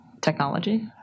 technology